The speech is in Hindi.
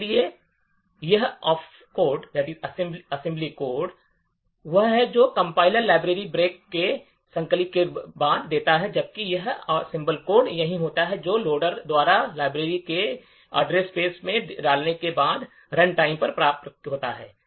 इसलिए यह असेंबली कोड वह है जो कंपाइलर लाइब्रेरी के संकलन के बाद देता है जबकि यह असेंबली कोड वही होता है जो लोडर द्वारा लाइब्रेरी को एड्रेस स्पेस में डालने के बाद रनटाइम पर प्राप्त होता है